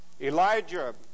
Elijah